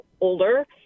older